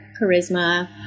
charisma